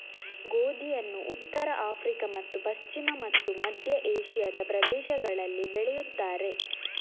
ಗೋಧಿಯನ್ನು ಉತ್ತರ ಆಫ್ರಿಕಾ ಮತ್ತು ಪಶ್ಚಿಮ ಮತ್ತು ಮಧ್ಯ ಏಷ್ಯಾದ ಪ್ರದೇಶಗಳಲ್ಲಿ ಬೆಳೆಯುತ್ತಾರೆ